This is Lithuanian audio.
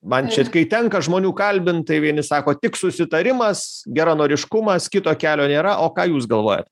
man čia kai tenka žmonių kalbint tai vieni sako tik susitarimas geranoriškumas kito kelio nėra o ką jūs galvojat